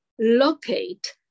locate